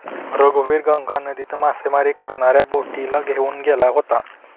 रघुवीर गंगा नदीत मासेमारी करणाऱ्या बोटीला घेऊन गेला होता